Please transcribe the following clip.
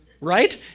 Right